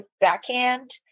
backhand